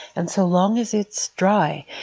and so long as it's dry,